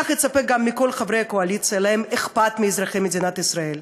כך אצפה גם מכל חברי הקואליציה שלהם אכפת מאזרחי מדינת ישראל,